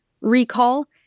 recall